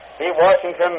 Washington